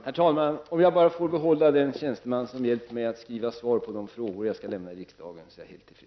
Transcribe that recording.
Herr talman! Om jag bara får behålla den tjänsteman som hjälper mig att skriva de frågesvar som jag skall lämna i riksdagen är jag helt tillfreds.